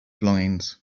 belongings